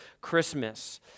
Christmas